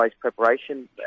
preparation